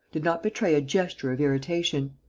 did not betray a gesture of irritation.